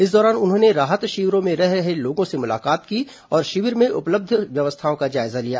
इस दौरान उन्होंने राहत शिविरों में रह रहे लोगों से मुलाकात की और शिविर में उपलब्ध व्यवस्थाओं का जायजा लिया